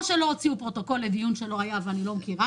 או שלא הוציאו פרוטוקול לדיון שהיה ואני לא מכירה.